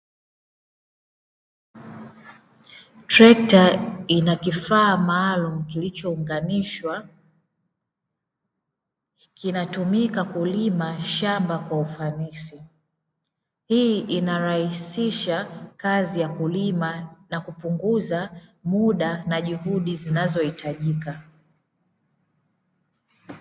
Trekta ina kifaa maalumu kilichounganishwa kinatumika kulima shamba kwa ufanisi, hii inarahisisha kazi ya kulima na kupunguza muda na juhudi zinazohitajika.